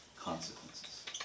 consequences